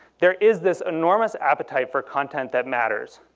there is this enormous appetite for content that matters.